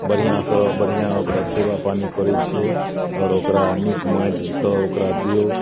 बढ़िआँसँ बढ़िआँ ओकरा सेवा पानी करैत छियै आओर ओकरा नीक माटिसँ ओकरा दियौ